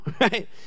right